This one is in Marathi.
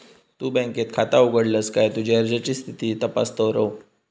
तु बँकेत खाता उघडलस काय तुझी अर्जाची स्थिती तपासत रव